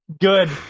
Good